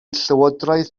llywodraeth